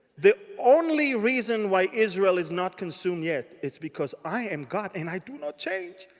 the only reason why israel is not consumed yet. it's because i am god and i do not change.